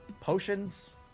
potions